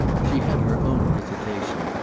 she had her own hesitation,